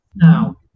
Now